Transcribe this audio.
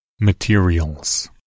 Materials